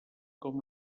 com